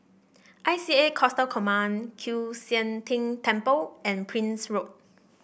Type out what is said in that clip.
I C A Coastal Command Kiew Sian King Temple and Prince Road